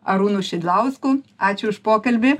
arūnu šidlausku ačiū už pokalbį